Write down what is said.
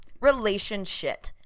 Relationship